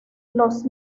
los